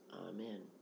Amen